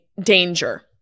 danger